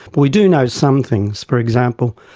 but we do know some things. for example,